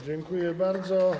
Dziękuję bardzo.